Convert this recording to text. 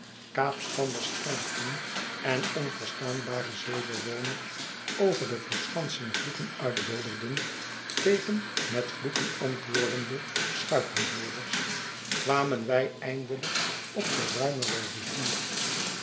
kaapstanders kraakten en onverstaanbare zeebewoners over de verschansing vloeken uitbulderden tegen metvloeken antwoordende schuitenvoerders kwamen wij eindelijk op de ruimere rivier